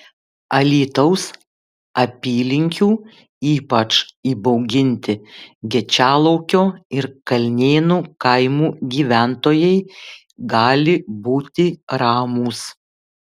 alytaus apylinkių ypač įbauginti gečialaukio ir kalnėnų kaimų gyventojai gali būti ramūs